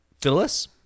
Phyllis